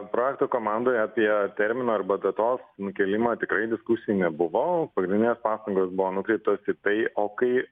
projekto komandoje apie terminą arba datos nukėlimą tikrai diskusijų nebuvo pagrindinės pastangos buvo nukreiptos į tai o kai